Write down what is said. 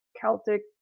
Celtic